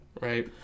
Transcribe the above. Right